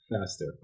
faster